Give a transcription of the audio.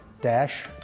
Dash